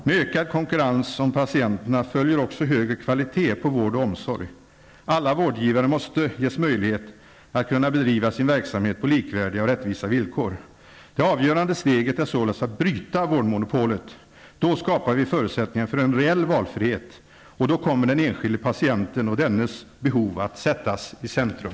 Med ökad konkurrens om patienterna följer också högre kvalitet på vård och omsorg. Alla vårdgivare måste ges möjlighet att bedriva sin verksamhet på likvärdiga och rättvisa villkor. Det avgörande steget är således att bryta vårdmonopolet. Då skapar vi förutsättningar för en reell valfrihet, och då kommer den enskilde patienten och dennes behov att sättas i centrum.